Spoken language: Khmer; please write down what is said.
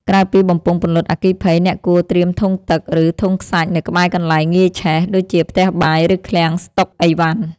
ក្រៅពីបំពង់ពន្លត់អគ្គីភ័យ អ្នកគួរត្រៀមធុងទឹក ឬធុងខ្សាច់នៅក្បែរកន្លែងងាយឆេះ ដូចជាផ្ទះបាយ ឬឃ្លាំងស្តុកឥវ៉ាន់។